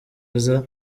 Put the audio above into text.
aza